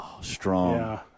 Strong